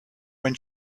when